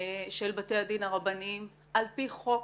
של בתי הדין הרבניים על פי חוק